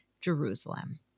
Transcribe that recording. Jerusalem